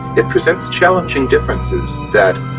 it presents challenging differences that,